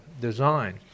design